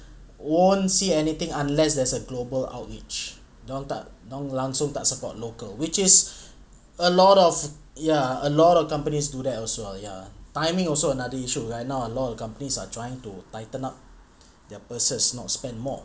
won't see anything unless there's a global outrage dia orang tak langsung tak support local which is a lot of ya a lot of companies do that also ya timing also another issue right now a lot of companies are trying to tighten up their purses not spend more